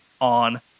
on